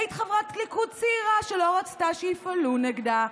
כי היית חברת ליכוד צעירה שלא רצתה שיפעלו נגדה,